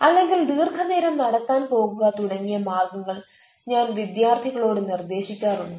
അല്ലെങ്കിൽ ദീർഘനേരം നടക്കാൻ പോകുക തുടങ്ങിയ മാർഗങ്ങൾ ഞാൻ വിദ്യാർത്ഥികളോട് നിർദേശിക്കാറുണ്ട്